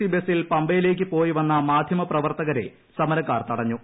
C ബസിൽ പമ്പയിലേക്ക് പോയിവന്ന മാദ്ധ്യമപ്രവർത്തകരെ സമരക്കാർ തടഞ്ഞു